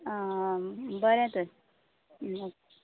आं बरें तर ओके